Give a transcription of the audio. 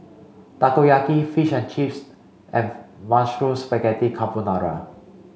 Takoyaki Fish and Chips and Mushroom Spaghetti Carbonara